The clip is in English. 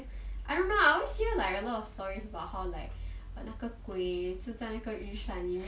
I don't know I always hear like a lot of stories about how like 那个鬼住在那个雨伞里面